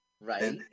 right